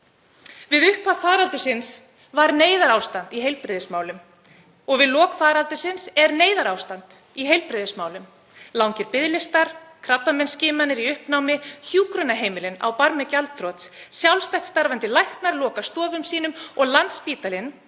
Við upphaf faraldursins var neyðarástand í heilbrigðismálum og við lok faraldursins er neyðarástand í heilbrigðismálum; langir biðlistar, krabbameinsskimanir í uppnámi, hjúkrunarheimilin á barmi gjaldþrots, sjálfstætt starfandi læknar loka stofum sínum og Landspítalanum